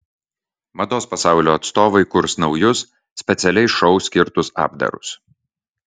mados pasaulio atstovai kurs naujus specialiai šou skirtus apdarus